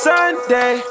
Sunday